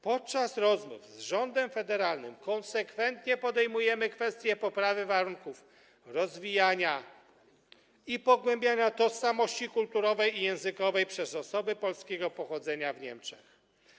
Podczas rozmów z rządem federalnym konsekwentnie podejmujemy kwestie poprawy warunków rozwijania i pogłębiania tożsamości kulturowej i językowej przez osoby polskiego pochodzenia w Niemczech.